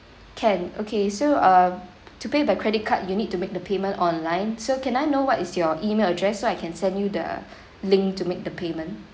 can okay so uh to pay by credit card you need to make the payment online so can I know what is your email address so I can send you the link to make the payment